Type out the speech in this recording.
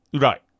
Right